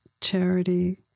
charity